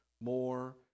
more